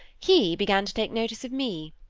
he began to take notice of me.